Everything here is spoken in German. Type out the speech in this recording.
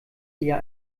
eher